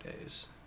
days